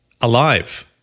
alive